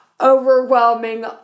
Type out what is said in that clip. overwhelming